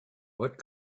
what